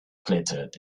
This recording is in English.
glittered